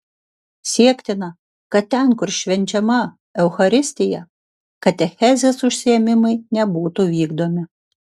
siektina kad ten kur švenčiama eucharistija katechezės užsiėmimai nebūtų vykdomi